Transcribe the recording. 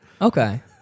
Okay